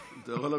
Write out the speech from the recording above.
אתה יכול להמשיך.